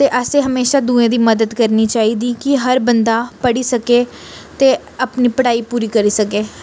ते असें हमेशां दुए गी मदद करनी चाहि्दी कि हर बंदा पढ़ी सकै ते अपनी पढ़ाई पूरी करी सकै